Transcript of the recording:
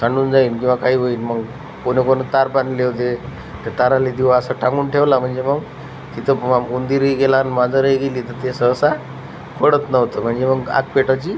सांडून जाईन किंवा काही होईन मग कोणी कोणी तार बांधले होते त्या तारेला दिवा असा टांगून ठेवला म्हणजे मग तिथं बा उंदीरही गेला न् मांजरही गेली तर ते सहसा पडत नव्हतं म्हणजे मग आग पेटायची